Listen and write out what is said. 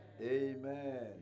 Amen